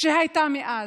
שהייתה מאז.